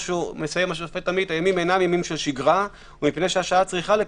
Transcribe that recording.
מסיים השופט עמית: "אך הימים אינם ימים רגילים ומפני "שהשעה צריכה לכך",